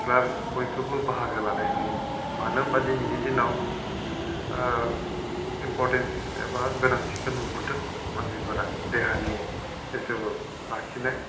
सिख्ला बयखौबो बाहागो लानाय नुयो मानो होनबा दिनैनि दिनाव इम्पर्टेन्स एबा गोनांथिखौ नुहरदों मानसिफोरा देहानि जितु लाखिनाय